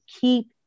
keep